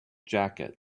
jacket